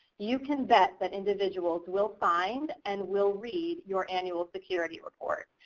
you can bet that individuals will find and will read your annual security report.